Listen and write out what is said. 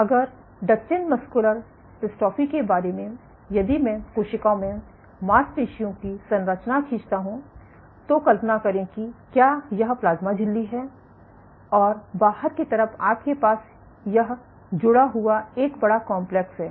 अगर Duchenne muscular dystrophy के बारे में यदि मैं कोशिकाओं में मांसपेशियों की संरचना खींचता हूं तो कल्पना करें कि क्या यह प्लाज्मा झिल्ली है और बाहर की तरफ आपके पास यह जुड़ा हुआ एक बड़ा कॉम्प्लेक्स है